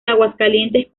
aguascalientes